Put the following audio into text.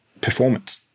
performance